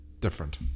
different